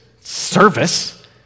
service